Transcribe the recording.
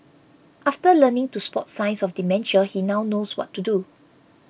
after learning to spot signs of dementia he now knows what to do